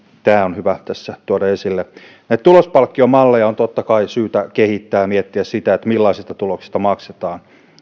tämä on hyvä tässä tuoda esille näitä tulospalkkiomalleja on totta kai syytä kehittää ja miettiä millaisista tuloksista maksetaan